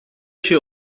się